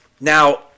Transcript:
Now